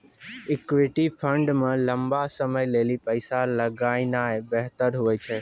equity fund मे लंबा समय लेली पैसा लगौनाय बेहतर हुवै छै